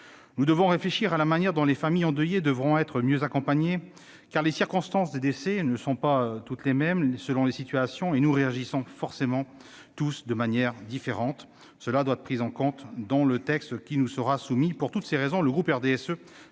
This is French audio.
Nous devons réfléchir à la manière dont les familles endeuillées devront être mieux accompagnées, car les circonstances des décès ne sont pas les mêmes selon les situations et nous réagissons forcément tous de manière différente. Cela doit être pris en compte dans le texte qui nous sera soumis. Pour toutes ces raisons, le groupe RDSE